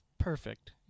perfect